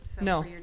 no